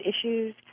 issues